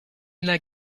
n’a